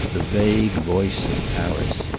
the vague voice of paris.